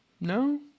No